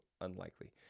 Unlikely